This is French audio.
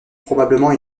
probablement